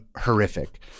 horrific